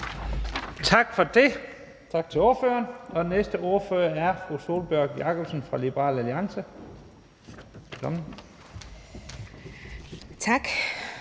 Vi siger tak til ordføreren. Næste ordfører er fru Sólbjørg Jakobsen fra Liberal Alliance.